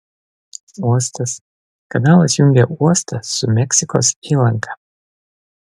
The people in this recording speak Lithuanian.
uostas kanalas jungia uostą su meksikos įlanka